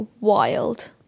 wild